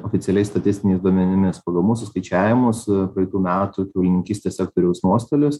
oficialiais statistiniais duomenimis pagal mūsų skaičiavimus praeitų metų kiaulininkystės sektoriaus nuostolis